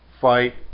fight